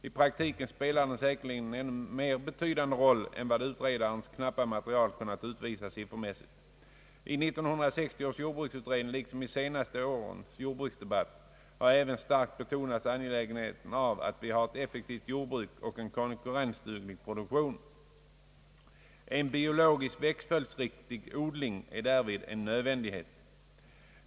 I praktiken spelar den säkerligen en ännu mer betydande roll än vad utredarens knappa material kunnat utvisa siffermässigt. I 1960 års jordbruksutredning liksom i senaste årens jordbruksdebatt har även starkt betonats angelägenheten av att vi har ett effektivt jordbruk och en konkurrensduglig produktion. En biologiskt växtföljdsriktig odling är därvid en nödvändighet.